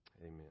Amen